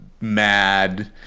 mad